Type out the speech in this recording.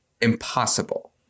impossible